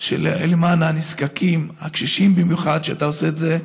למען הנזקקים, הקשישים במיוחד, שאתה עושה את זה,